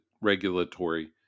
regulatory